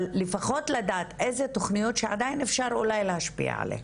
אבל לפחות לדעת איזה תוכניות שעדיין אפשר אולי להשפיע עליהן,